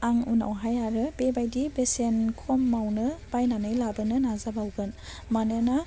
आं उनावहाय आरो बेबायदि बेसेन खमावनो बायनानै लाबोनो नाजाबावगोन मानोना